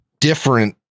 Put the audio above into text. different